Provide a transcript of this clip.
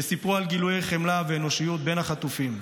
שסיפרו על גילויי חמלה ואנושיות בין החטופים,